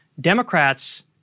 Democrats